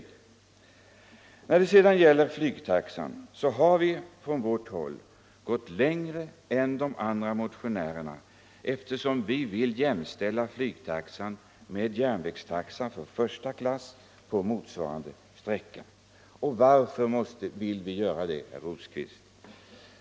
I fråga om flygtaxan har vi från vårt håll gått längre än de andra motionärerna, eftersom vi vill jämställa flygtaxan med järnvägstaxan för första klass på motsvarande sträcka. Varför vill vi göra det, herr Rosqvist?